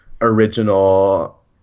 original